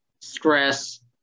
stress